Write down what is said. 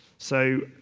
so,